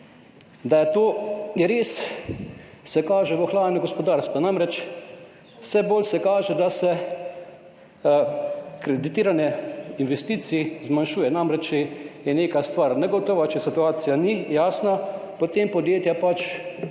Da je to res, se kaže v ohlajanju gospodarstva. Namreč, vse bolj se kaže, da se kreditiranje investicij zmanjšuje. Namreč, če je neka stvar negotova, če situacija ni jasna, potem podjetja pač